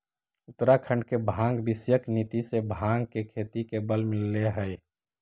उत्तराखण्ड के भाँग विषयक नीति से भाँग के खेती के बल मिलले हइ